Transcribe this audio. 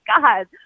god